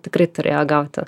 tikrai turėjo gauti